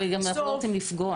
וגם אנחנו לא רוצים לפגוע.